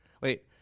Wait